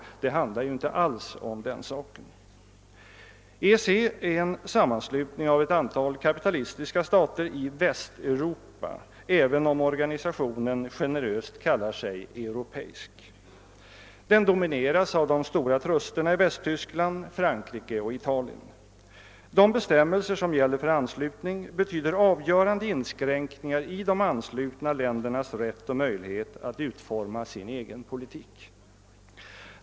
Det handlar inte alls om detta. EEC är en sammanslutning av ett antal kapitalistiska stater i Västeuropa, även om organisationen generöst kallar sig »europeisk». Den domineras av de stora trusterna i Västtyskland, Frankrike och Italien. De bestämmelser som gäller för anslutning innebär avgörande inskränkningar i de anslutna ländernas rätt och möjlighet att utforma sin egen politik.